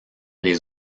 les